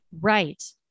Right